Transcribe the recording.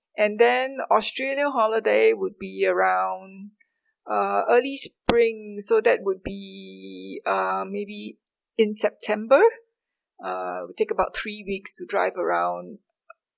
and then australia holiday would be around uh early spring so that would be uh maybe in september uh take about three weeks to drive around